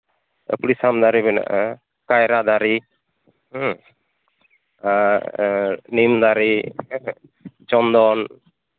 ᱟᱯᱤᱥᱟᱢ ᱫᱟᱨᱮ ᱢᱮᱱᱟᱜᱼᱟ ᱠᱟᱭᱨᱟ ᱫᱟᱨᱮ ᱟᱨ ᱱᱤᱢᱫᱟᱨᱮ ᱦᱮᱸ ᱥᱮ ᱪᱚᱱᱫᱚᱱ